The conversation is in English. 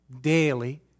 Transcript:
daily